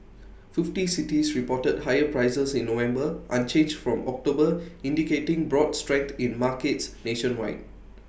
fifty cities reported higher prices in November unchanged from October indicating broad strength in markets nationwide